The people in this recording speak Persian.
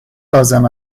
لازم